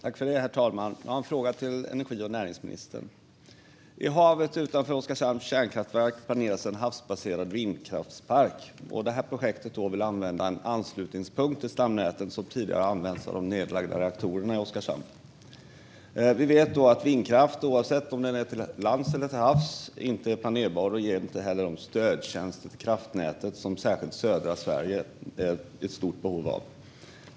Herr talman! Jag har en fråga till energi och näringsministern. I havet utanför Oskarshamns kärnkraftverk planeras en havsbaserad vindkraftspark. Detta projekt vill använda en anslutningspunkt till stamnätet som tidigare har använts av de nedlagda reaktorerna i Oskarshamn. Vi vet att vindkraft, oavsett om den är lands eller till havs, inte är planerbar och inte heller ger de stödtjänster till kraftnätet som särskilt södra Sverige är i stort behov av.